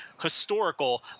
historical